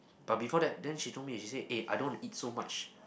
but before that then she told me she say eh I don't want to eat so much